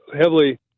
heavily